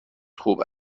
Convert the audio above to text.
خوب